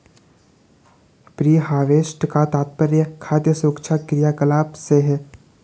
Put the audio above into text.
pre harvest का तात्पर्य खाद्य सुरक्षा क्रियाकलाप से है